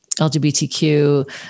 LGBTQ